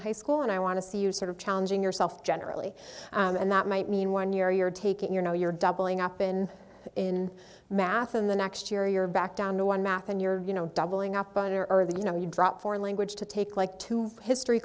high school and i want to see you sort of challenging yourself generally and that might mean one year you're taking you know you're doubling up in in math and the next year you're back down to one math and you're you know doubling up on the earth you know you drop foreign language to take like two history